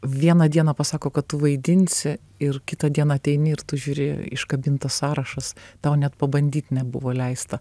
vieną dieną pasako kad tu vaidinsi ir kitą dieną ateini ir tu žiūri iškabintas sąrašas tau net pabandyt nebuvo leista